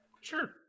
Sure